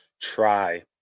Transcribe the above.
try